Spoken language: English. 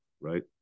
right